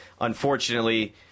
unfortunately